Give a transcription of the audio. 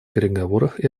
переговорах